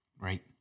Right